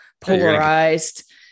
polarized